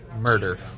murder